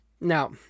Now